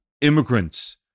immigrants